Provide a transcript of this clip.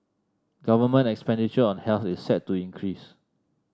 government expenditure on health is set to increase